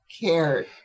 cared